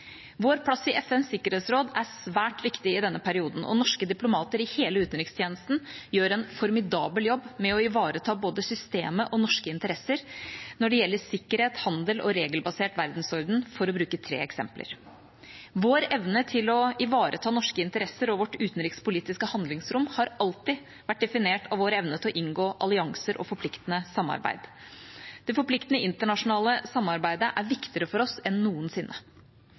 Vår plass i FNs sikkerhetsråd er svært viktig i denne perioden, og norske diplomater i hele utenrikstjenesten gjør en formidabel jobb med å ivareta både systemet og norske interesser når det gjelder sikkerhet, handel og regelbasert verdensorden, for å bruke tre eksempler. Vår evne til å ivareta norske interesser og vårt utenrikspolitiske handlingsrom har alltid vært definert av vår evne til å inngå allianser og forpliktende samarbeid. Det forpliktende internasjonale samarbeidet er viktigere for oss enn noensinne.